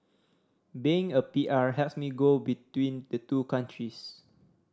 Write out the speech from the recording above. being a P R helps me go between the two countries